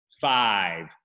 five